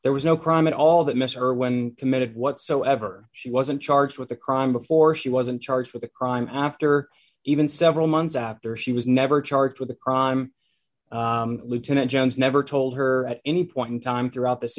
there was no crime at all that mess or when committed whatsoever she wasn't charged with the crime before she wasn't charged with a crime after even several months after she was never charged with a crime lieutenant jones never told her at any point in time throughout this